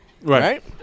Right